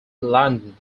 london